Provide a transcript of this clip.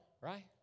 right